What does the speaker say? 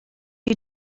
you